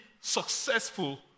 successful